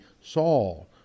Saul